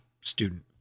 student